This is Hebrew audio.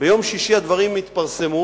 ביום שישי הדברים התפרסמו.